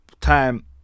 time